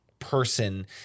person